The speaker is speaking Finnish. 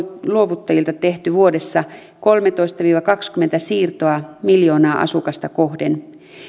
luovuttajilta tehty vuodessa kolmetoista viiva kaksikymmentä siirtoa miljoonaa asukasta kohden